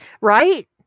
Right